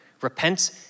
Repent